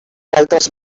altres